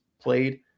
played